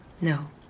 No